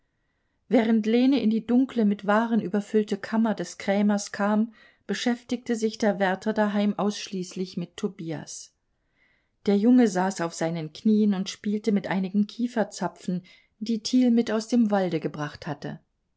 während lene in die dunkle mit waren überfüllte kammer des krämers kam beschäftigte sich der wärter daheim ausschließlich mit tobias der junge saß auf seinen knien und spielte mit einigen kieferzapfen die thiel mit aus dem walde gebracht hatte